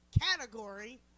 category